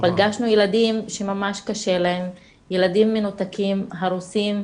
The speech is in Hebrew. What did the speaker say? פגשנו ילדים שממש קשה להם, ילדים מנותקים, הרוסים,